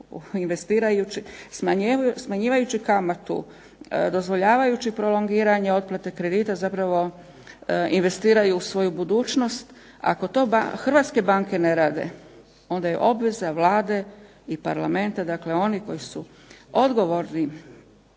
smanjivajući kamatu, dozvoljavajući prolongiranje otplate kredita zapravo investiraju u svoju budućnost. Ako to hrvatske banke ne rade onda je obveza Vlade i parlamenta, dakle onih koji su odgovorni